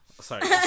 sorry